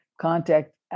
contact